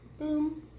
Boom